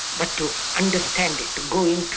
but to understand it, to go into it,